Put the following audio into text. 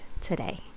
today